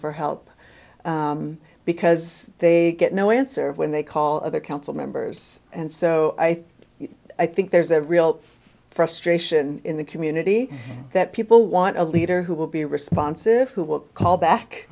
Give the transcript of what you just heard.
for help because they get no answer when they call other council members and so i think i think there's a real frustration in the community that people want a leader who will be responsive who will call